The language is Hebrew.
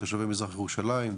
תושבי מזרח ירושלים,